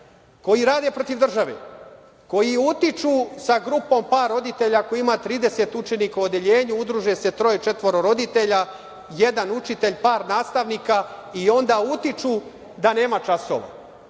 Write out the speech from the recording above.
koji rade protiv države, koji utiču sa grupom par roditelja, koji ima trideset učenika u odeljenju, udruže se troje-četvoro roditelja, jedan učitelj, par nastavnika i onda utiču da nema časova. Kako